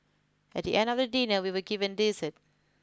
at the end of dinner we were given dessert